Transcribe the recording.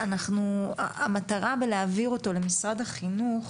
המטרה בלהעביר אותו למשרד החינוך,